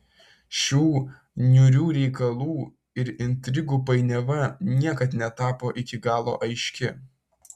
šių niūrių reikalų ir intrigų painiava niekad netapo iki galo aiški